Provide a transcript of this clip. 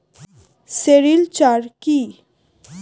Sericulture কি?